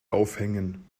aufhängen